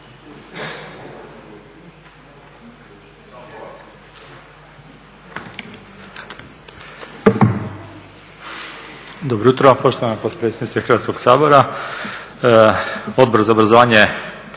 Dobro jutro poštovana potpredsjednice Hrvatskog sabora. Odbor za obrazovanje,